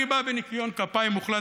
אני בא בניקיון כפיים מוחלט,